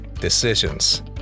decisions